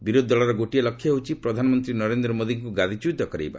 ବିରୋଧି ଦଳର ଗୋଟିଏ ଲକ୍ଷ୍ୟ ହେଉଛି ପ୍ରଧାନମନ୍ତ୍ରୀ ନରେନ୍ଦ୍ର ମୋଦିଙ୍କୁ ଗାଦିଚ୍ୟୁତ କରାଇବା